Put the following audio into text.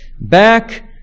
back